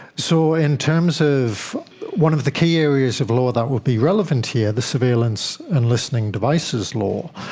so in terms of one of the key areas of law that would be relevant here, the surveillance and listening devices law,